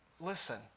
listen